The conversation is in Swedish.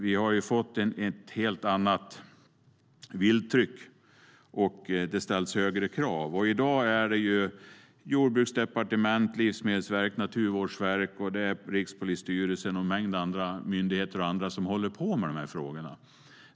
Vi har fått ett helt annat vilttryck, och det ställs högre krav.I dag är det Jordbruksverket, Livsmedelsverket, Naturvårdsverket, Rikspolisstyrelsen och en mängd andra myndigheter och andra som håller på med de här frågorna.